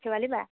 শেৱালী বা